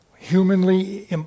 Humanly